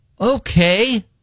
Okay